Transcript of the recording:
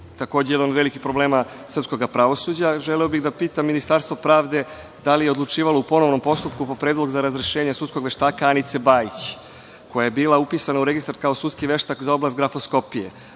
takođe jedan od velikih problema sudskog pravosuđa, želeo bih da pitam Ministarstvo pravde – da li je odlučivalo u ponovnom postupku o predlogu za razrešenje sudskog veštaka Anice Bajić koja je bila upisana u sudski registar kao sudski veštak za oblast grafoskopije,